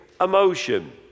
emotion